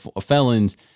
felons